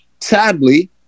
Sadly